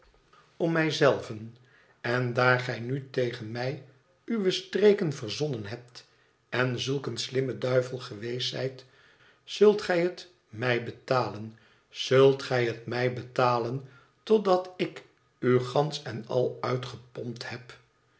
om mij zelven n daar gij nu tegen mij uwe streken verzonnen hebt en zulk een slimme duivel geweest zijt zult gij het mij betalen zult gij het mij betalen zult gij het mij betalen totdat ik u gansch en al uitgepompt heb